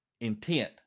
intent